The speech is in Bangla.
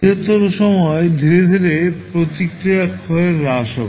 বৃহত্তর সময় ধীরে ধীরে প্রতিক্রিয়া ক্ষয়ের রাশ হবে